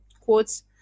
quotes